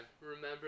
Remember